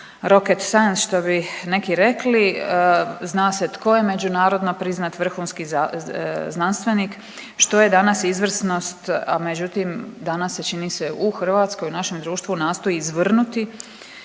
ne razumije./… što bi neki rekli, zna se tko je međunarodno priznat vrhunski znanstvenik, što je danas izvrsnost, a međutim danas se čini se u hrvatskoj u našem društvu nastoji izvrnuti